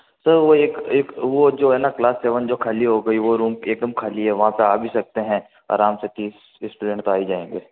sir वो एक एक वो जो है ना क्लास सेवन जो ख़ाली हो गई वो रूम के एक दम ख़ाली है वहाँ पर आ भी सकते हैं आराम से तीस स्टूडेंट तो आ ही जाएंगे